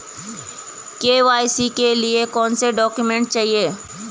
KYC के लिए कौनसे डॉक्यूमेंट चाहिये?